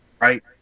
Right